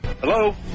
Hello